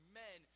men